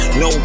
no